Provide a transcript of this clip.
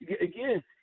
Again